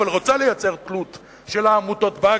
אבל רוצה לייצר תלות של העמותות בה,